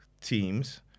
teams